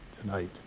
tonight